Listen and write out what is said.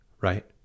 right